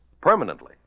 Permanently